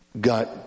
got